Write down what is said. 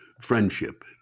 friendship